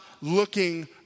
looking